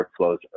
workflows